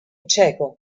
cieco